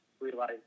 realize